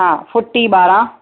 हा फुटी ॿारहं